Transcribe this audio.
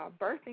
birthing